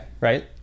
Right